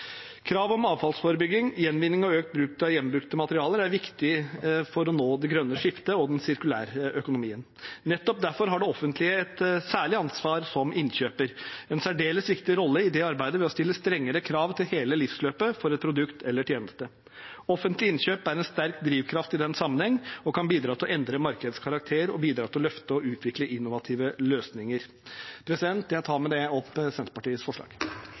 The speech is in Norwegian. Krav om avfallsforebygging, gjenvinning og økt bruk av gjenbrukte materialer er viktig for å nå det grønne skiftet og den sirkulære økonomien. Nettopp derfor har det offentlige et særlig ansvar som innkjøper, en særdeles viktig rolle i det arbeidet, ved å stille strengere krav til hele livsløpet for et produkt eller en tjeneste. Offentlige innkjøp er en sterk drivkraft i den sammenheng og kan bidra til å endre markedets karakter og til å løfte og utvikle innovative løsninger. Jeg tar med det opp